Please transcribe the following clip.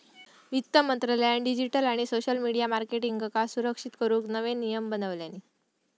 वित्त मंत्रालयान डिजीटल आणि सोशल मिडीया मार्केटींगका सुरक्षित करूक नवे नियम बनवल्यानी